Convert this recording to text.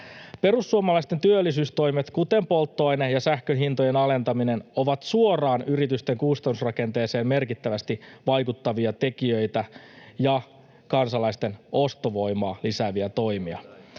Perussuomalaisten työllisyystoimet, kuten polttoaine- ja sähkönhintojen alentaminen, ovat suoraan yritysten kustannusrakenteeseen merkittävästi vaikuttavia tekijöitä ja kansalaisten ostovoimaa lisääviä toimia.